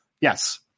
yes